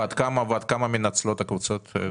ועד כמה מנצלות הקבוצות?